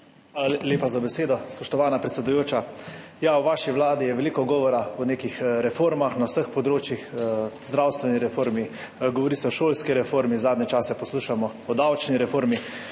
lepa za besedo, spoštovana predsedujoča. V vaši vladi je veliko govora o nekih reformah na vseh področjih, zdravstveni reformi, govori se o šolski reformi, zadnje čase poslušamo o davčni reformi,